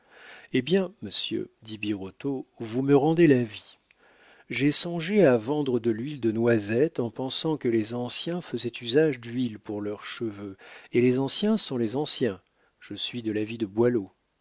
eh bien monsieur dit birotteau vous me rendez la vie j'ai songé à vendre de l'huile de noisette en pensant que les anciens faisaient usage d'huile pour leurs cheveux et les anciens sont les anciens je suis de l'avis de boileau